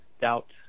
doubt